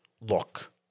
look